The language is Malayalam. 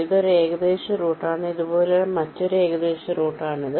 ഇതൊരു ഏകദേശ റൂട്ടാണ് ഇതുപോലുള്ള മറ്റൊരു ഏകദേശ റൂട്ടാണിത്